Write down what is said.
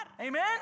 Amen